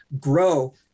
grow